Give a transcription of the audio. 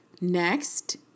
Next